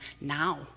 now